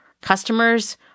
customers